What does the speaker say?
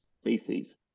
species